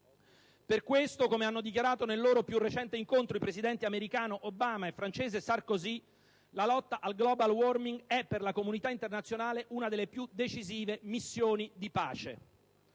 Per questo, come hanno dichiarato nel loro più recente incontro i presidenti americano Obama e francese Sarkozy, la lotta al *global warming* è per la comunità internazionale una delle più decisive missioni di pace.